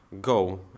go